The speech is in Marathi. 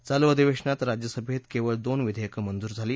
चालू अधिवेशनात राज्यसभेत केवळ दोन विधेयकं मंजूर झाली